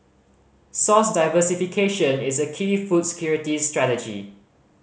source diversification is a key food security strategy